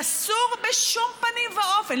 אסור בשום פנים ואופן,